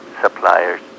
suppliers